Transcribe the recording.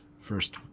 first